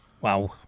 wow